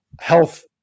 health